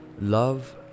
Love